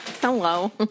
Hello